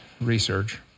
research